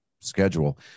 schedule